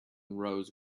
rose